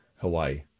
Hawaii